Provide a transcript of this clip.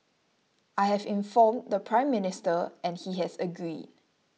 I have informed the Prime Minister and he has agreed